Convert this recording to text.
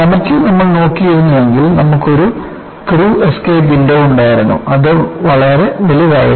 കോമറ്റ്ൽ നമ്മൾ നോക്കിയിരുന്നെങ്കിൽ നമ്മൾക്കൊരു ക്രൂ എസ്കേപ്പ് വിൻഡോ ഉണ്ടായിരുന്നു അത് വളരെ വലുതായിരുന്നു